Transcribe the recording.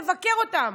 לבקר אותם,